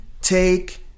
Take